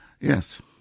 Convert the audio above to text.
Yes